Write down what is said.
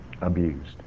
abused